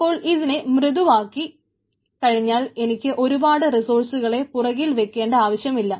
അപ്പോൾ ഇതിനെ ഇങ്ങനെ മൃദുവാക്കി കഴിഞ്ഞാൽ എനിക്ക് ഒരുപാട് റിസോഴ്സുംകളെ പുറകിൽ വയ്ക്കേണ്ട ആവശ്യമില്ല